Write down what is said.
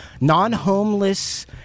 non-homeless